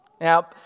Now